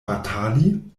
batali